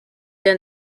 than